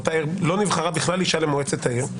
באותה עיר לא נבחרה בכלל אישה למועצת העיר,